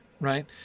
right